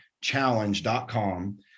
challenge.com